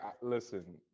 listen